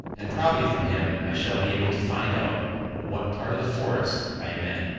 and probably from him i shall be able to find out what part of the forest i am in.